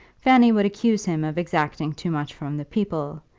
fanny would accuse him of exacting too much from the people,